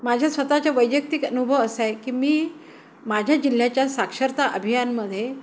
माझ्या स्वतःच्या वैयक्तिक अनुभव असंय की मी माझ्या जिल्ह्याच्या साक्षरता अभियानमध्येे